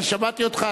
אני שמעתי אותך,